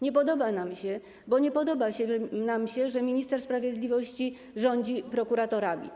Nie podoba nam się on, bo nie podoba nam się, że minister sprawiedliwości rządzi prokuratorami.